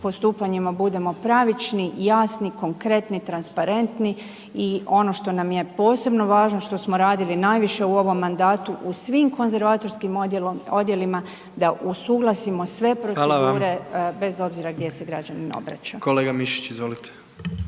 postupanjima budemo pravični, jasni, konkretni, transparentni i ono što nam je posebno važno što smo radili najviše u ovom mandatu u svim konzervatorskim odjelima da usuglasimo sve procedure bez obzira gdje se građanin obraća.